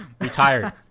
Retired